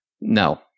No